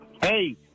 Hey